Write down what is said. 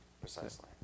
Precisely